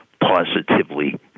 positively